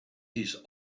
his